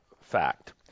fact